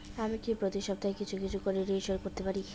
আমি কি প্রতি সপ্তাহে কিছু কিছু করে ঋন পরিশোধ করতে পারি?